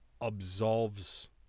absolves